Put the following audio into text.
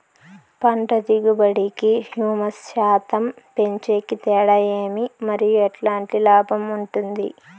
పంట దిగుబడి కి, హ్యూమస్ శాతం పెంచేకి తేడా ఏమి? మరియు ఎట్లాంటి లాభం ఉంటుంది?